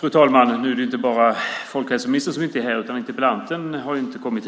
Fru talman! Nu är det inte bara folkhälsoministern som inte är här utan interpellanten har ju inte heller kommit.